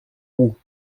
roux